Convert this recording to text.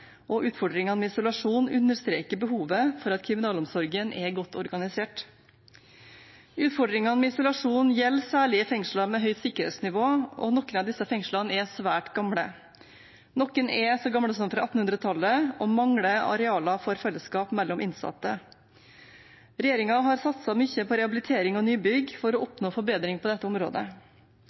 og utfordringene med isolasjon understreker behovet for at kriminalomsorgen er godt organisert. Utfordringene med isolasjon gjelder særlig i fengsler med høyt sikkerhetsnivå, og noen av disse fengslene er svært gamle. Noen er så gamle som fra 1800-tallet og mangler arealer for fellesskap mellom innsatte. Regjeringen har satset mye på rehabilitering og nybygg for å oppnå forbedring på dette området.